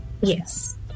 yes